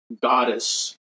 goddess